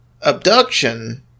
abduction